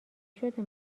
شده